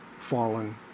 fallen